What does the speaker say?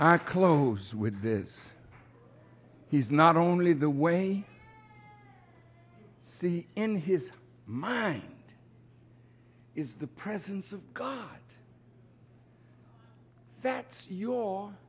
i close with this he's not only the way i see in his mind is the presence of god that's your